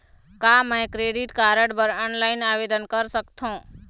का मैं credit card बर ऑनलाइन आवेदन कर सकथों?